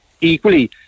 equally